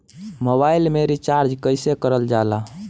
Mobile में recharge कइसे करल जाला?